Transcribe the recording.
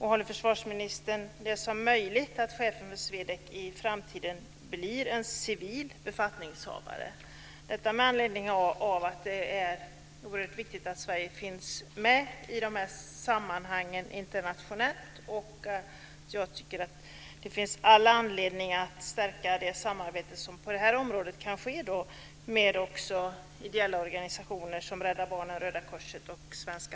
Håller försvarsministern det som möjligt att chefen för SWEDEC i framtiden blir en civil befattningshavare - detta med anledning av att det är oerhört viktigt att Sverige finns med i de internationella sammanhangen? Det finns all anledning att stärka det samarbete som kan ske på det här området med ideella organisationer som Rädda Barnen, Röda korset och Svenska